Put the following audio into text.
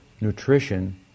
nutrition